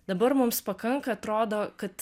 dabar mums pakanka atrodo kad